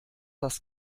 das